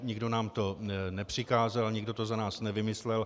Nikdo nám to nepřikázal a nikdo to za nás nevymyslel.